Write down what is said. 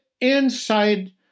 inside